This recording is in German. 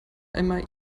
einmal